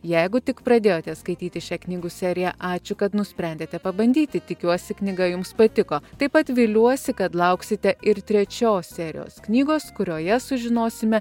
jeigu tik pradėjote skaityti šią knygų seriją ačiū kad nusprendėte pabandyti tikiuosi knyga jums patiko taip pat viliuosi kad lauksite ir trečios serijos knygos kurioje sužinosime